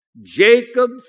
Jacob